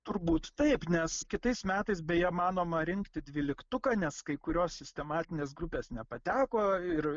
turbūt taip nes kitais metais beje manoma rinkti dvyliktuką nes kai kurios sistematinės grupės nepateko ir